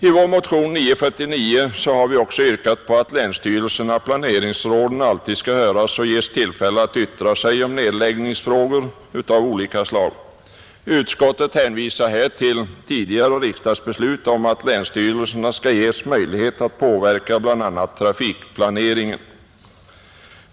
I vår motion 949 har vi också yrkat att länsstyrelserna/planeringsråden alltid skall höras och ges tillfälle att yttra sig om nedläggningsfrågor av olika slag. Utskottet hänvisar till tidigare riksdagsbeslut om att länsstyrelserna skall ges möjlighet att påverka bl.a. trafikplaneringen.